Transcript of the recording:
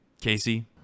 Casey